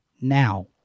now